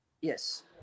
Yes